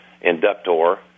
inductor